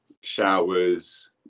showers